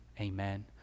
amen